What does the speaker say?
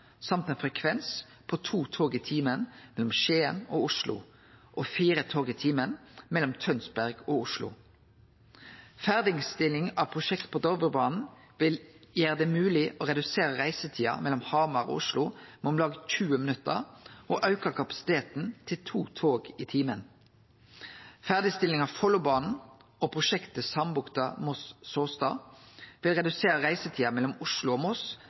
ein frekvens på to tog i timen mellom Skien og Oslo og fire tog i timen mellom Tønsberg og Oslo. Ferdigstilling av prosjekt på Dovrebanen vil gjere det mogleg å redusere reisetida mellom Hamar og Oslo med om lag 20 minutt og auke kapasiteten til to tog i timen. Ferdigstilling av Follobanen og prosjektet Sandbukta–Moss–Såstad vil redusere reisetida mellom Oslo og